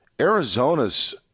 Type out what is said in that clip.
Arizona's